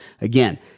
Again